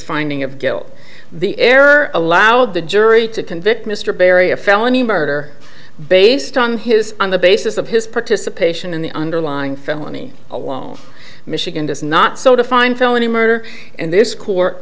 finding of guilt the error allowed the jury to convict mr berry a felony murder based on his on the basis of his participation in the underlying felony along michigan does not so define felony murder and this court